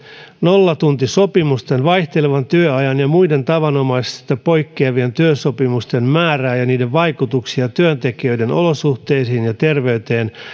nollatuntisopimusten vaihtelevan työajan tai muiden tavanomaisesta poikkeavien työsopimusten määrää ja niiden vaikutuksia työntekijöiden olosuhteisiin ja terveyteen